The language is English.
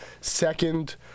second